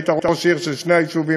היית ראש עיר של שני היישובים,